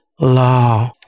law